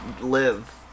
live